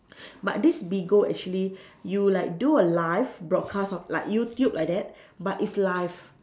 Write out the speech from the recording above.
but this Bigo actually you like do a live broadcast of like YouTube like that but it's live